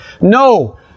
No